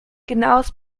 genaues